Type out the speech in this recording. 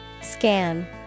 Scan